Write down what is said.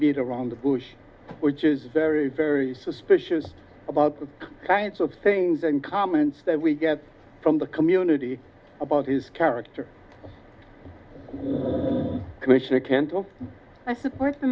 beat around the bush which is very very suspicious about the kinds of things and comments that we get from the community about his character commissioner kendall i support the